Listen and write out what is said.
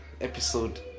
episode